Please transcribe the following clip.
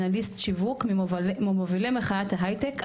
אנליסט שיווק ממובילי מחאת ההיי-טק,